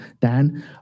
Dan